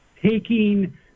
taking